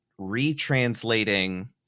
retranslating